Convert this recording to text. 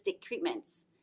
treatments